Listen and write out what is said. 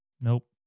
Nope